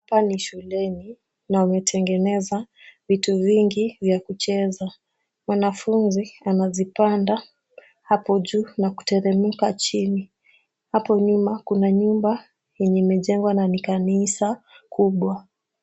Hapa ni shuleni na wametengeneza vitu vingi vya kucheza. Mwanafunzi anazipanda hapo juu na kuteremka chini. Hapo nyuma kuna nyumba yenye imejengwa na ni kanisa kubwa.